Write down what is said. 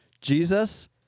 Jesus